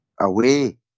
away